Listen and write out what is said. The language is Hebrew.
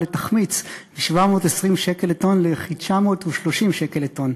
לתחמיץ מ-720 שקל לטון לכ-930 שקל לטון,